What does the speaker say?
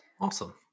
Awesome